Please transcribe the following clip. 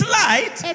light